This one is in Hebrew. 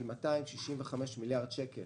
265 מיליארד שקל